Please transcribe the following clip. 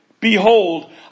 behold